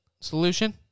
solution